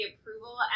approval